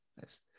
nice